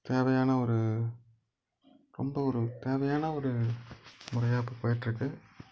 தேவையான ஒரு ரொம்ப ஒரு தேவையான ஒரு முறையாக இப்போ போய்ட்டுருக்கு